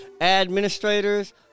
administrators